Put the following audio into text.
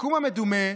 ביקום המדומה,